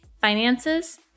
finances